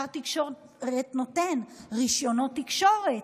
שר התקשורת נותן רישיונות תקשורת.